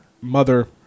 mother